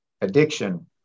Addiction